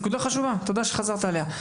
נקודה חשובה, תודה שחזרת עליה.